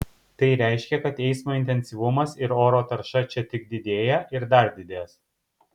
tai reiškia kad eismo intensyvumas ir oro tarša čia tik didėja ir dar didės